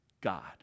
God